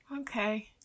Okay